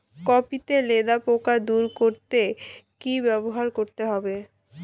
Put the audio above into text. Copy তে লেদা পোকা দূর করতে কি ব্যবহার করতে হবে?